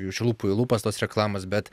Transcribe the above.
iš lūpų į lūpas tos reklamos bet